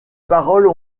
paroles